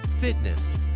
fitness